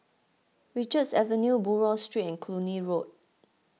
Richards Avenue Buroh Street and Cluny Road